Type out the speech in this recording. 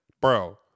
Bro